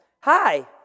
Hi